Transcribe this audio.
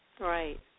Right